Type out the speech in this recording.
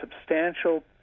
substantial